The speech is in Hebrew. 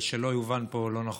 ושלא יובן פה לא נכון,